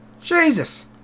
jesus